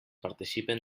participen